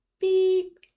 beep